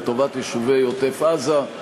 לטובת יישובי עוטף-עזה.